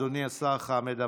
אדוני השר חמד עמאר.